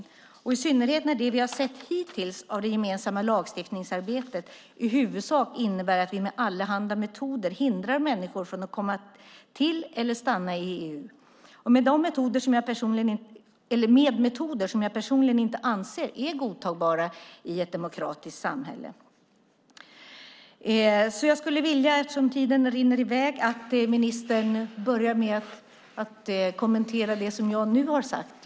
Det gäller i synnerhet i och med att det vi hittills har sett av det gemensamma lagstiftningsarbetet i huvudsak innebär att vi med allehanda metoder hindrar människor att komma till eller stanna i EU. Detta görs med metoder jag personligen inte anser vara godtagbara i ett demokratiskt samhälle. Talartiden rinner i väg. Jag skulle vilja att ministern börjar med att kommentera det jag nu har sagt.